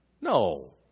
No